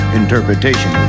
interpretation